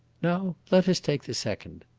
now let us take the second.